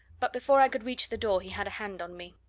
but before i could reach the door he had a hand on me.